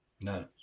No